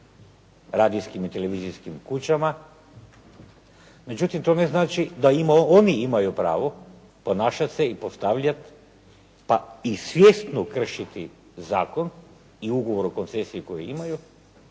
radijskim i televizijskim kućama. Međutim, to ne znači da oni imaju pravo ponašat se i postavljat pa i svjesno kršiti zakon i Ugovor o koncesiji koji imaju,